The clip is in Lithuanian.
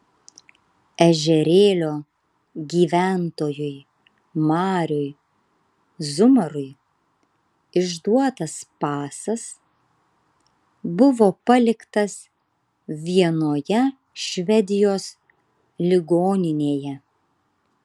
ežerėlio gyventojui mariui zumarui išduotas pasas buvo paliktas vienoje švedijos ligoninėje